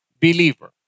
believer